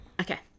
Okay